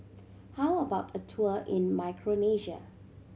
how about a tour in Micronesia